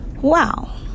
wow